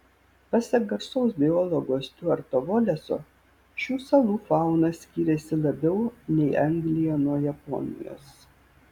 pasak garsaus biologo stiuarto voleso šių salų fauna skiriasi labiau nei anglija nuo japonijos